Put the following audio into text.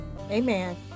Amen